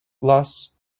glass